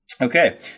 Okay